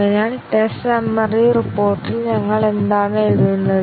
അതിനാൽ test summary റിപ്പോർട്ടിൽ ഞങ്ങൾ എന്താണ് എഴുതുന്നത്